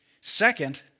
Second